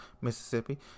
Mississippi